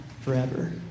forever